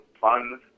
fun